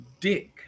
dick